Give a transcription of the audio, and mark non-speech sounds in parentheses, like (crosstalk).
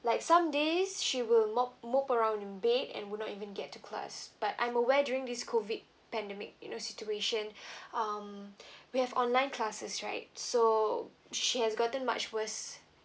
like some days she will mope mope around in bed and would not even get to class but I'm aware during this COVID pandemic you know situation (breath) um (breath) we have online classes right so she has gotten much worse